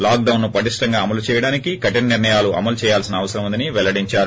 లాక్డాన్ను పటిష్టంగా అమలు చేయడానికి కఠిన నిర్ణయాలు అమలు చేయాల్సిన అవసరం ఉందని పెల్లడించారు